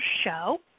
show